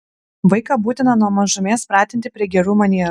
vaiką būtina nuo mažumės pratinti prie gerų manierų